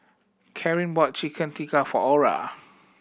Carin bought Chicken Tikka for Ora